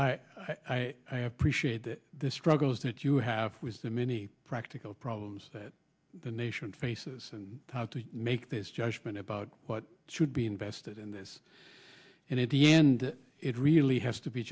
for it i appreciate the struggles that you have with the many practical problems that the nation faces and how to make this judgment about what should be invested in this and at the end it really has to be